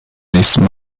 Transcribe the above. nächsten